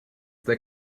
their